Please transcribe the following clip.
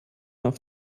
auf